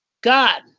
God